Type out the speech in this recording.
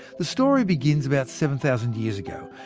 the story begins about seven thousand years ago,